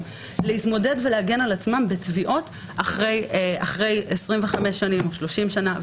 להתמודד ולהגן על עצמם בתביעות אחרי 25 שנים או אחרי 30 שנים.